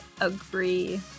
agree